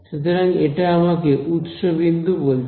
সুতরাং এটা আমাকে উৎস বিন্দু বলছে